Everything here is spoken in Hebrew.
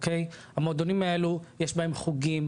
המועדונים האלה יש בהם חוגים,